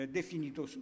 definito